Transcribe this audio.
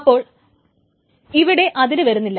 അപ്പോൾ ഇവിടെ അതിര് വരുന്നില്ല